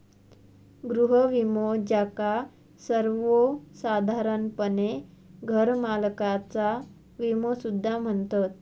गृह विमो, ज्याका सर्वोसाधारणपणे घरमालकाचा विमो सुद्धा म्हणतत